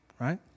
Right